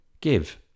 give